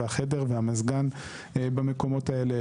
והחדר והמזגן במקומות האלה,